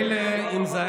אני רוצה לסיים.